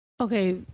Okay